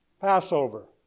Passover